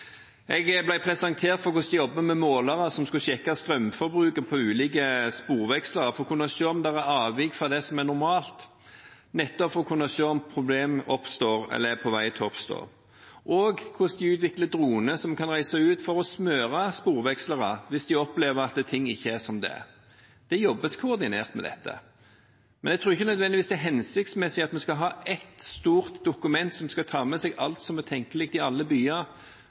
Jeg ble presentert for hvordan det jobbes med målere som skal sjekke strømforbruket på ulike sporveksler, for å kunne se om det er avvik fra det som er normalt, nettopp for å kunne se om problemer oppstår – eller er på vei til å oppstå – og hvordan en utvikler droner som kan reise ut for å smøre sporveksler hvis de opplever at ting ikke er som de skal. Det jobbes koordinert med dette. Men jeg tror ikke nødvendigvis det er hensiktsmessig at vi skal ha ett stort dokument som skal ta med seg alt som er tenkelig i alle byer,